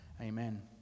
Amen